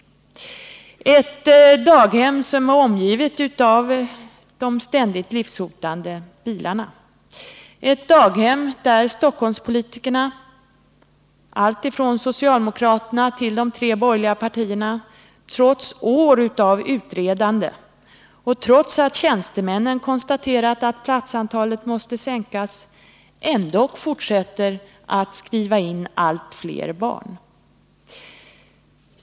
Det är ett daghem som är omgivet av de ständigt livshotande bilarna, ett daghem där Stockholmspolitikerna allt ifrån socialdemokraterna till de borgerliga partierna, trots år av utredande och trots att tjänstemännen konstaterat att platsantalet måste sänkas, ändå fortsätter att skriva in allt fler barn.